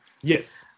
Yes